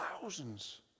thousands